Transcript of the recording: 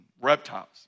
reptiles